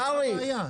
קרעי,